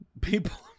People